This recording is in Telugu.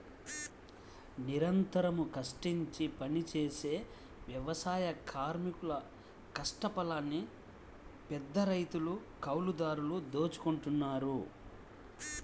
నిరంతరం కష్టించి పనిజేసే వ్యవసాయ కార్మికుల కష్టఫలాన్ని పెద్దరైతులు, కౌలుదారులు దోచుకుంటన్నారు